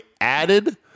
added